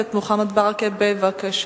אז מונעים ממנו ללכת